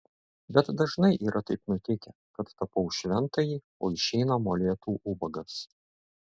bet dažnai yra taip nutikę kad tapau šventąjį o išeina molėtų ubagas